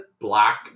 black